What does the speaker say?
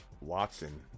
Watson